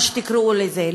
מה שתקראו לזה,